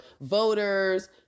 voters